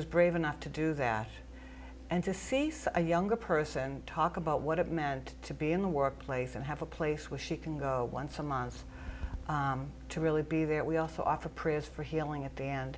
was brave enough to do that and to see a younger person talk about what it meant to be in the work place and have a place where she can go once a month to really be there we also offer prayers for healing at the end